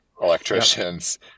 electricians